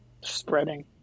Spreading